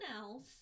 else